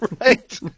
Right